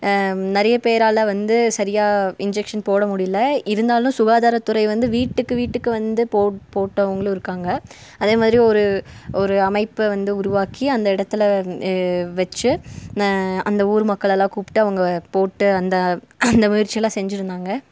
நிறைய பேரால் வந்து சரியாக இன்ஜெக்க்ஷன் போட முடியல இருந்தாலும் சுகாதாரத்துறை வந்து வீட்டுக்கு வீட்டுக்கு வந்து போட் போட்டவர்களும் இருக்காங்க அதே மாதிரி ஒரு ஒரு அமைப்பை வந்து உருவாக்கி அந்த இடத்துல வைச்சு அந்த ஊர் மக்களை எல்லாம் கூப்பிட்டு அவங்க போட்டு அந்த அந்த முயற்சி எல்லாம் செஞ்சுருந்தாங்க